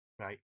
Right